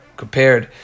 compared